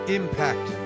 impact